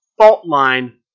Faultline